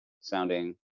sounding